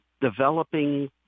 developing